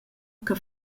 che